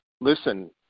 listen